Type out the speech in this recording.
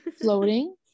Floating